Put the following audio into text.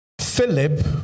Philip